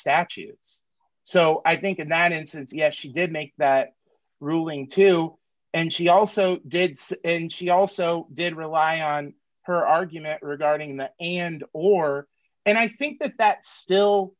statutes so i think in that instance yes she did make that ruling tilt and she also did say and she also did rely on her argument regarding that and or and i think that